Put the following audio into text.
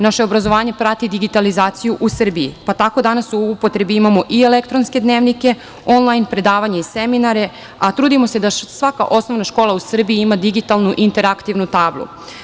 Naše obrazovanje prati digitalizaciju u Srbiji, pa tako danas u upotrebi imamo i elektronske dnevnike, onlajn predavanja i seminare, a trudimo se da svaka osnovna škola u Srbiji ima digitalnu interaktivnu tablu.